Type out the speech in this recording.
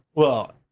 well,